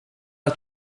att